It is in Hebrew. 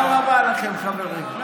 תודה רבה לכם, חברים.